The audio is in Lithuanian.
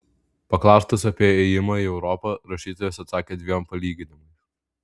paklaustas apie ėjimą į europą rašytojas atsakė dviem palyginimais